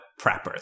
preppers